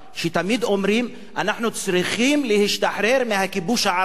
שתמיד אומרים: אנחנו צריכים להשתחרר מהכיבוש הערבי,